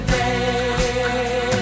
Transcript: day